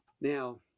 Now